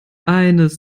eines